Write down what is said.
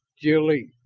jil-lee.